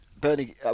Bernie